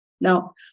Now